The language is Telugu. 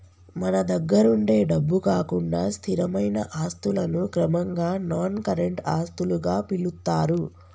మన దగ్గరుండే డబ్బు కాకుండా స్థిరమైన ఆస్తులను క్రమంగా నాన్ కరెంట్ ఆస్తులుగా పిలుత్తారు